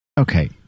Okay